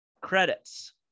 credits